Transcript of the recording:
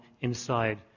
inside